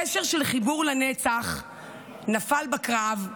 קשר של חיבור לנצח נפל בקרב,